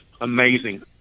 amazing